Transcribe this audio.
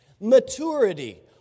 maturity